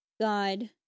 God